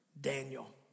Daniel